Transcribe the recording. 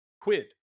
quid